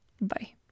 Bye